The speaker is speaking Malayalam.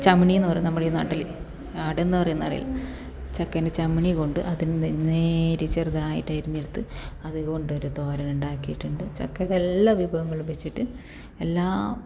ചവണിന്ന് പറയും നമ്മൾ ഈ നാട്ടിൽ അവിടെ എന്ത് പറയുന്നതെന്ന് അറിയില്ല ചക്കെൻ്റെ ചവണി കൊണ്ട് അത് നേര് ചെറുതായിട്ട് അരിഞ്ഞെടുത്ത് അതുകൊണ്ടൊരു തോരൻ ഉണ്ടാക്കിയിട്ടുണ്ട് ചക്ക ഇതെല്ലാ വിഭവങ്ങളും വെച്ചിട്ട് എല്ലാം